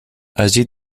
allí